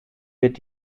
wird